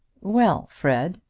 well, fred,